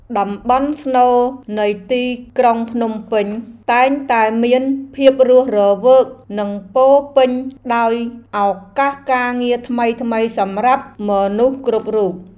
តំបន់ស្នូលនៃទីក្រុងភ្នំពេញតែងតែមានភាពរស់រវើកនិងពោរពេញដោយឱកាសការងារថ្មីៗសម្រាប់មនុស្សគ្រប់រូប។